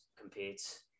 competes